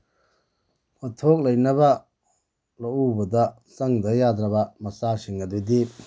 ꯄꯣꯠꯊꯣꯛ ꯂꯩꯅꯕ ꯂꯧ ꯎꯕꯗ ꯆꯪꯗ ꯌꯥꯗ꯭ꯔꯕ ꯃꯆꯥꯛꯁꯤꯡ ꯑꯗꯨꯗꯤ